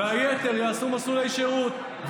והיתר יעשו מסלולי שירות.